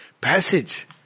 passage